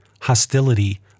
hostility